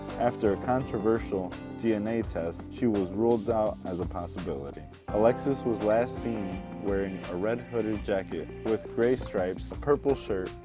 after a controversial dna test, she was ruled out as a possibility. alexis was last seen wearing a red hooded jacket with gray stripes, a purple shirt,